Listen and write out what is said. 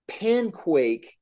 Panquake